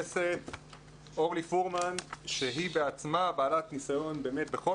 אורלי פרומן שהיא בעצמה בעלת ניסיון בכל